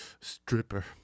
stripper